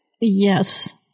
Yes